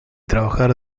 trabajar